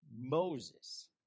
Moses